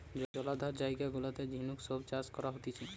জলাধার জায়গা গুলাতে ঝিনুক সব চাষ করা হতিছে